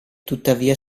tuttavia